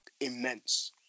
immense